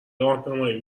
راهنمایی